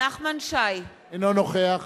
נחמן שי, אינו נוכח